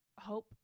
hope